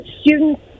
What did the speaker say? students